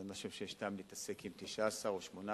ואני לא חושב שיש טעם להתעסק עם 19 או 18